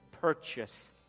purchase